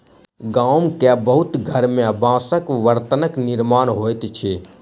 गाम के बहुत घर में बांसक बर्तनक निर्माण होइत अछि